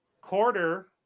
quarter